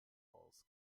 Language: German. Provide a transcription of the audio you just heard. aus